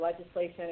legislation